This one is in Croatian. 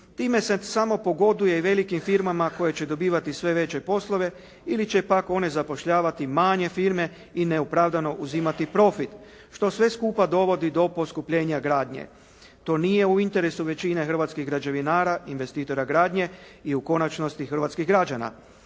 Time se samo pogoduje i velikim firmama koji će dobivati sve veće poslove, ili će pak one zapošljavati manje firme i neopravdano uzimati profit, što sve skupa dovodi do poskupljenja gradnje. To nije u interesu većine hrvatskih građevinara, investitora gradnje i u konačnosti, hrvatskih građana.